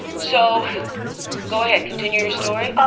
so go ahead. continue your story.